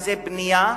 אם בנייה,